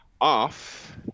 off